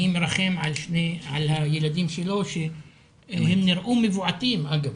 אני מרחם על הילדים שלו שהם נראו מבועתים, אגב.